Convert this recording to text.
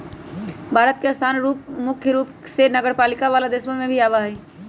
भारत के स्थान मुख्य रूप से नगरपालिका वाला देशवन में ही आवा हई